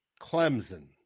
Clemson